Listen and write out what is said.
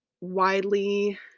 widely